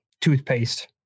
toothpaste